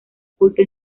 culto